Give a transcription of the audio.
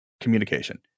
communication